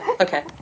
Okay